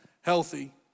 healthy